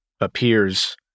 appears